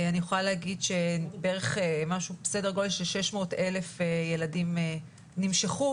אני יכולה להגיד שבערך סדר גודל של 600,000 ילדים נמשכו